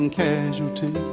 casualty